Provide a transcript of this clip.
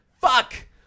Fuck